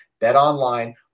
BetOnline